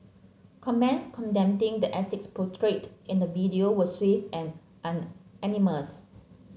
comments condemning the antics portrayed in the video were swift and and unanimous